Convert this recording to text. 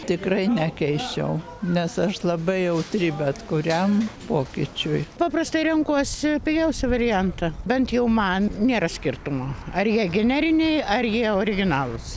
tikrai nekeisčiau nes aš labai jautri bet kuriam pokyčiui paprastai renkuosi pigiausią variantą bent jau man nėra skirtumo ar jie generiniai ar jie originalūs